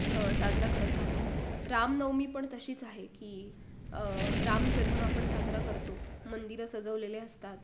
साजरा करत राहतो रामनवमी पण तशीच आहे की रामजन्म आपण साजरा करतो मंदिरं सजवलेले असतात